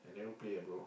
I never play ah bro